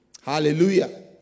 Hallelujah